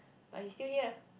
but he's still here